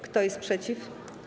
Kto jest przeciw?